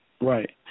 Right